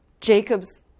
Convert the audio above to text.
Jacob's